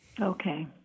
Okay